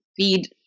feed